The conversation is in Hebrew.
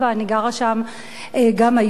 אני גרה שם גם היום.